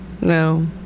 No